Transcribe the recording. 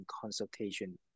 consultation